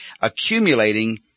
accumulating